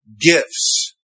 gifts